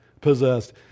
possessed